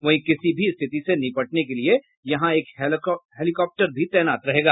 वहीं किसी भी स्थिति से निपटने के लिए यहां एक हेलीकॉप्टर तैनात रहेगा